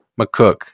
McCook